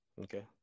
Okay